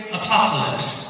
apocalypse